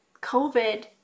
COVID